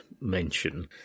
mention